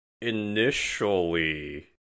initially